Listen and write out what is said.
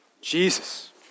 Jesus